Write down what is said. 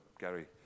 Gary